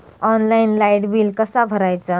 Online light bill कसा भरायचा?